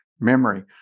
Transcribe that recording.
memory